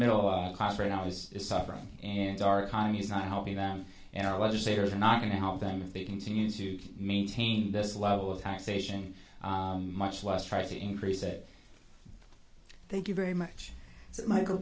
middle class right now is suffering and our economy is not helping them and our legislators are not going to help them if they continue to maintain this level of taxation much less try to increase it thank you very much michael